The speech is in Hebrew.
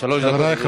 שלוש דקות, אדוני.